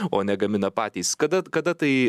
o ne gamina patys kada kada tai